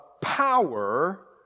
power